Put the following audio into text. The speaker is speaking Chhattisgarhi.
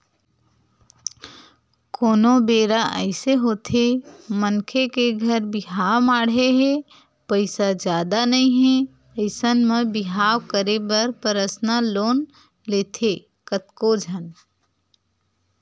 कोनो बेरा अइसे होथे मनखे के घर बिहाव माड़हे हे पइसा जादा नइ हे अइसन म बिहाव करे बर परसनल लोन लेथे कतको झन